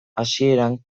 hasieran